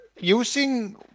Using